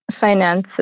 finances